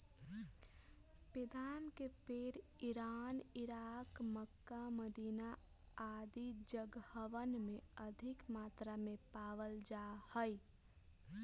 बेदाम के पेड़ इरान, इराक, मक्का, मदीना आदि जगहवन में अधिक मात्रा में पावल जा हई